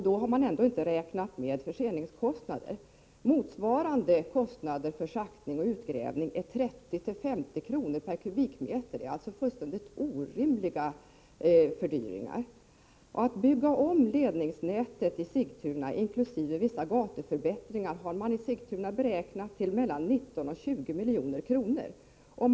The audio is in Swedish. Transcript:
Då har man ändå inte räknat med förseningskostnader. I normala fall uppgår kostnaderna för att schakta och återfylla till 35-50 kr. per kubikmeter. Det blir alltså fullständigt orimliga fördyringar. Kostnaderna för att bygga om ledningsnätet i Sigtuna inkl. vissa gatuförbättringar har beräknats uppgå till 19-20 milj.kr.